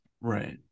Right